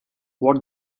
what